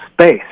space